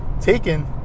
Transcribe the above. taken